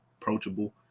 approachable